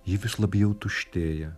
ji vis labiau tuštėja